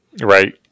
right